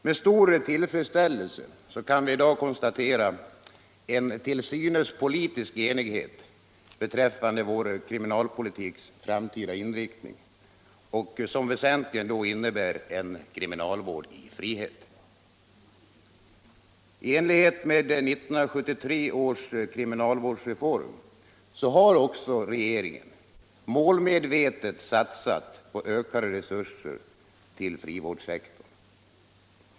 Med stor tillfredsställelse kan vi i dag konstatera en till synes politisk enighet beträffande kriminalpolitikens framtida utveckling, som väsentligen innebär en kriminalvård i frihet. I enlighet med 1973 års kriminalvårdsreform har också regeringen målmedvetet satsat på ökade resurser till frivårdssektorn.